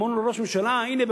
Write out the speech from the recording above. ואמרנו לראש הממשלה: הנה,